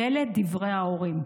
ואלה דברי ההורים: